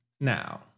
Now